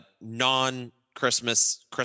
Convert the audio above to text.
non-Christmas